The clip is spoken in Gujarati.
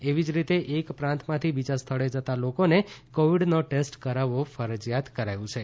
એવ જ રીતે એક પ્રાંતમાંથી બીજા સ્થળે જતાં લોકોને કોવીડનો ટેસ્ટ કરાવવો ફરજીયાત કરાયું છે